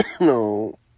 no